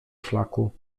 szlaku